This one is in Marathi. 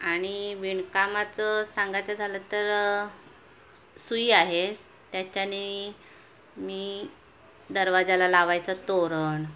आणि विणकामाचं सांगायचं झालं तर सुई आहे त्याच्याने मी दरवाजाला लावायचं तोरण